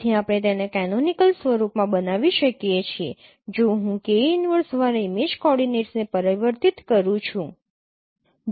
તેથી આપણે તેને કેનોનિકલ સ્વરૂપમાં બનાવી શકીએ છીએ જો હું K ઇનવર્સ દ્વારા ઇમેજ કોઓર્ડિનેટ્સને પરિવર્તિત કરું છું